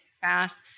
fast